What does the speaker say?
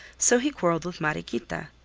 so he quarreled with mariequita.